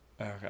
Okay